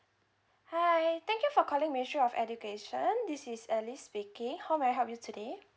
hi thank you for calling ministry of education this is alice speaking how may I help you today